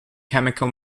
chemical